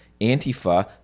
Antifa